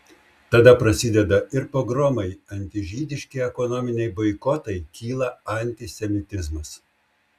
tada prasideda ir pogromai antižydiški ekonominiai boikotai kyla antisemitizmas